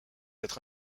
être